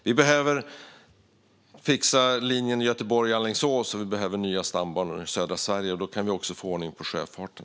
Vi behöver alltså fixa linjen Göteborg-Alingsås, och vi behöver nya stambanor i södra Sverige. Då kan vi också få ordning på sjöfarten.